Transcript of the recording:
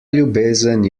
ljubezen